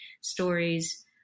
stories